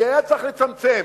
כי היה צריך לצמצם,